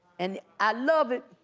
and i love it,